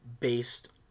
based